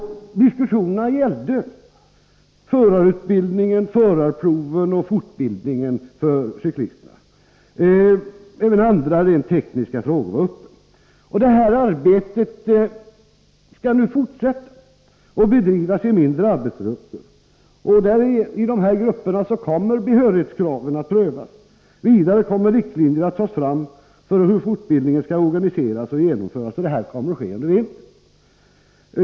Diskussionerna gällde förarutbildningen, förarproven och fortbildningen för cyklisterna. Även andra rent tekniska frågor var uppe till behandling. Detta arbete skall nu fortsätta och bedrivas i mindre arbetsgrupper. I dessa grupper kommer behörighetskraven att prövas. Vidare kommer riktlinjer att tas fram för hur fortbildningen skall organiseras och genomföras. Detta kommer att ske under vintern.